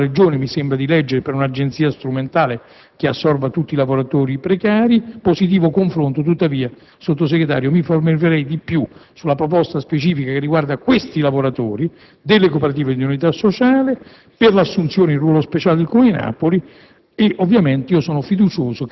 per dare più servizi ai cittadini; c'è una positiva iniziativa del Comune e della Regione per una agenzia strumentale che assorba tutti i lavoratori precari e un positivo confronto in atto. Tuttavia, signora Sottosegretaria, mi soffermerei di più sulla proposta specifica che riguarda questi lavoratori delle cooperative di utilità sociale